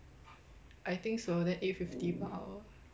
I think so then eight fifty per hour